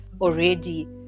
already